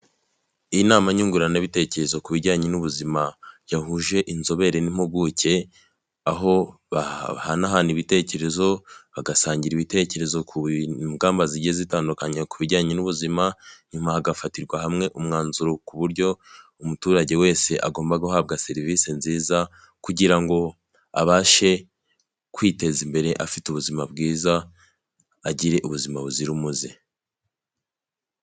Inamama nyunguranabitekerezo ku bijyanye n'ubuzima yahuje inzobere n'impuguke aho bahanahana ibitekerezo, bagasangira ibitekerezo ku ngamba zigize zitandukanye ku bijyanye n'ubuzima, nyuma hagafatirwa hamwe umwanzuro ku buryo umuturage wese agomba guhabwa serivisi nziza kugira ngo abashe kwiteza imbere afite ubuzima bwiza agire ubuzima buzira umuze.